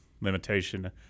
limitation